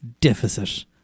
deficit